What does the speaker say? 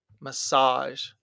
massage